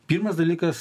pirmas dalykas